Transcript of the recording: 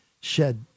shed